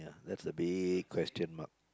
that's the big question mark